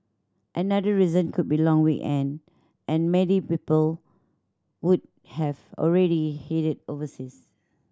another reason could be long weekend and many people would have already headed overseas